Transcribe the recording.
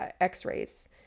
x-rays